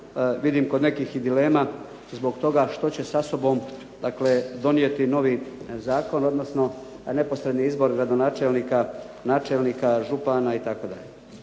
vidim kod nekih dilema, zbog toga što će sa sobom donijeti novi zakon, odnosno da neposredni izbori gradonačelnika, načelnika, župana itd.